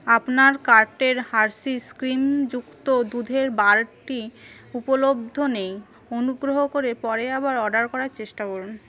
আপনার কার্টের হার্শিস ক্রিমযুক্ত দুধের বারটি উপলব্ধ নেই অনুগ্রহ করে পরে আবার অর্ডার করার চেষ্টা করুন